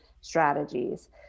strategies